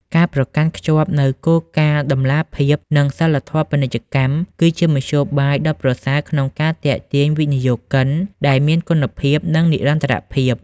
ការប្រកាន់ខ្ជាប់នូវគោលការណ៍តម្លាភាព និងសីលធម៌ពាណិជ្ជកម្ម គឺជាមធ្យោបាយដ៏ប្រសើរក្នុងការទាក់ទាញវិនិយោគិនដែលមានគុណភាព និងនិរន្តរភាព។